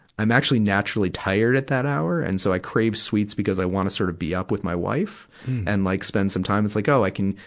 i'm actually naturally tired at that hour. and so i crave sweets because i wanna sort of be up with my wife and like spend some time. it's like, oh, i can,